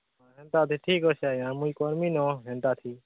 ହେନ୍ତା ହେଲେ ଠିକ୍ ଅଛେ ଆଜ୍ଞା ମୁଇଁ କର୍ମି ନ ହେନ୍ତାଥି